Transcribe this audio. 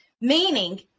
Meaning